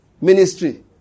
ministry